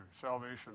salvation